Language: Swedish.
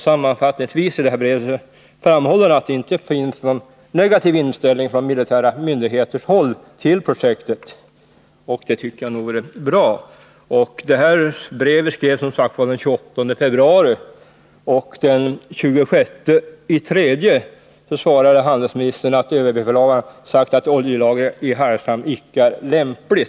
Sammanfattningsvis framhåller han att det inte finns någon negativ inställning från militära myndigheters sida till projektet. Det tycker jag är rätt bra. Brevet skrevs som sagt den 28 februari. Den 2C mars svarade handelsministern att överbefälhavaren sagt att oljelagring i Hargshamn icke är lämplig.